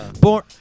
born